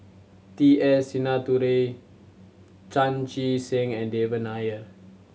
T S Sinnathuray Chan Chee Seng and Devan Nair